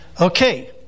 Okay